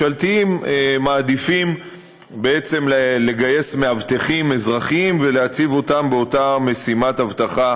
מעדיפים בעצם לגייס מאבטחים אזרחיים ולהציב אותם באותה משימת אבטחה